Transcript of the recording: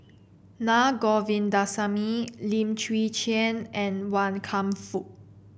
Na Govindasamy Lim Chwee Chian and Wan Kam Fook